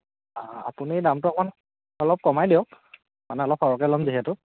আপুনি দামটো অকণ অলপ কমাই দিয়ক মানে অলপ সৰহকৈ ল'ম যিহেতু